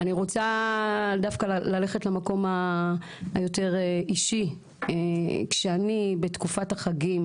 אני רוצה דווקא ללכת למקום היותר אישי כשאני בתקופת החגים